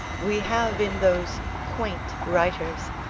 we have in those quaint writers,